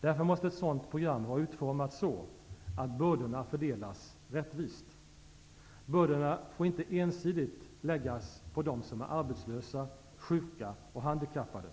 Därför måste ett sådant program vara utformat så att bördorna fördelas rättvist. Bördorna får inte ensidigt läggas på dem som är arbetslösa, sjuka och handikappade.